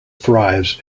thrives